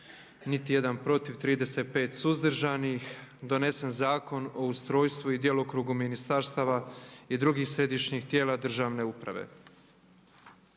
Prijedlozi su, znači: - Prijedlog zakona o ustrojstvu i djelokrugu ministarstava i drugih središnjih tijela državne uprave